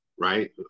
right